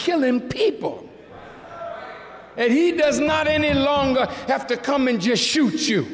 killing people and he does not any longer have to come and just shoot you